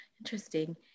Interesting